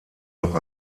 noch